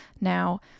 Now